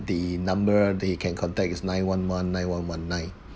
the number that you can contact is nine one one nine one one nine